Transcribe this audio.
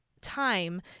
time